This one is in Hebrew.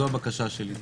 זאת הבקשה שלי.